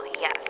yes